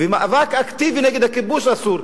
ומאבק אקטיבי נגד הכיבוש אסור,